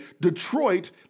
Detroit